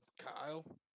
Kyle